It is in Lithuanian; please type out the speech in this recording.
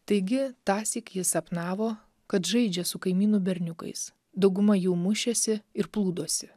taigi tąsyk jis sapnavo kad žaidžia su kaimynų berniukais dauguma jų mušėsi ir plūdosi